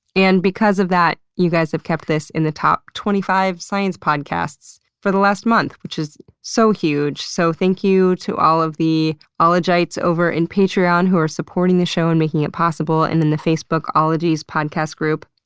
and because of that, you guys have kept this in the top twenty five science podcasts for the last month, which is so huge. so thank you to all of the ah ologites over in patreon who are supporting this show and making it possible. and then the facebook ologies podcast group.